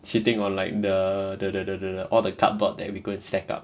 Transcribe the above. sitting on like the the the all the cardboard that we go and stacked up